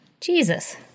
Jesus